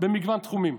במגוון תחומים.